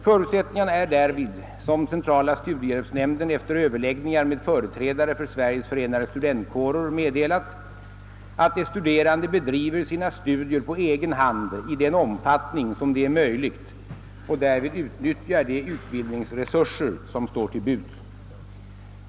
Förutsättningen är därvid — som centrala studiehjälpsnämnden efter överläggningar med företrädare för Sveriges förenade studentkårer meddelat — att de studerande bedriver sina studier på egen hand i den omfattning som det är möjligt och därvid utnyttjar de utbildningsresurser som står till buds.